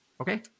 Okay